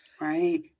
Right